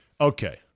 Okay